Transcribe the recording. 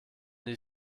die